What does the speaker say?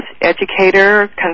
educator